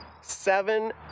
Seven